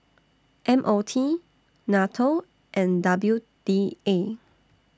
M O T NATO and W D A